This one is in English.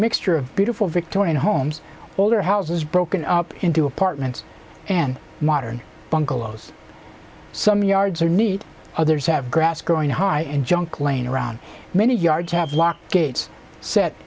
mixture of beautiful victorian homes all the houses broken up into apartments and modern bungalows some yards are need others have grass growing high and junk laying around many yards have locked gates set